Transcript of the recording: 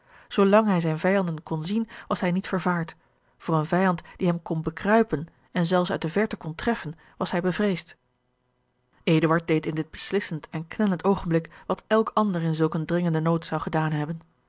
zoolang hij zijne vijanden kon zien was hij george een ongeluksvogel niet vervaard voor een vijand die hem kon bekruipen en zelfs uit de verte kon treffen was hij bevreesd eduard deed in dit beslissend en knellend oogenblik wat elk ander in zulk een dringenden nood zou gedaan hebben